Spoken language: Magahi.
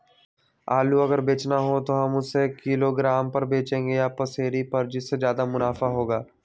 आलू अगर बेचना हो तो हम उससे किलोग्राम पर बचेंगे या पसेरी पर जिससे ज्यादा मुनाफा होगा?